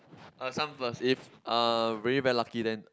uh son first if uh really very lucky then